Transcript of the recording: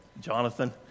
Jonathan